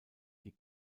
die